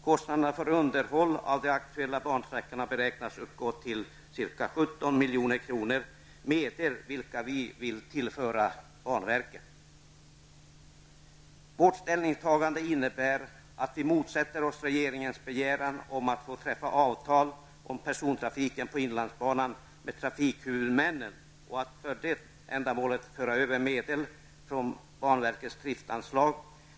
Kostnaderna för underhåll av de aktuella bansträckorna beräknas uppgå till 17 milj.kr., medel vilka vi vill tillföra banverket. Vårt ställningstagande innebär att vi motsätter oss regeringens begäran om att få träffa avtal om persontrafiken på inlandsbanan med trafikhuvudmännen och att för det ändamålet föra över medel från banverkets driftsanslag.